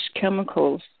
chemicals